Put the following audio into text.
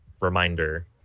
reminder